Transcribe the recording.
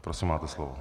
Prosím, máte slovo.